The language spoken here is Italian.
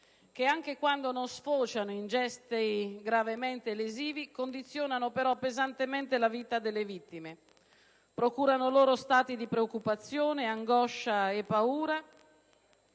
che, anche quando non sfociano in gesti gravemente lesivi, condizionano però pesantemente la vita delle vittime, procurano loro stati di preoccupazione, angoscia e paura,